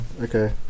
Okay